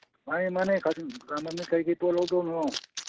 ꯃꯥꯅꯦ ꯃꯥꯅꯦ ꯀꯔꯤ ꯀꯔꯤ ꯄꯣꯠ ꯂꯧꯗꯧꯅꯣ